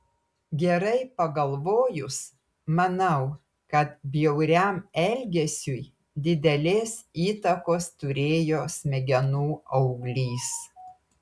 gerai pagalvojus manau kad bjauriam elgesiui didelės įtakos turėjo smegenų auglys